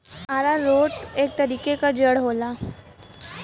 आरारोट एक तरीके क जड़ होला